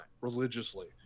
religiously